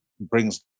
brings